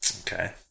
Okay